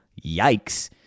yikes